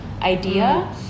idea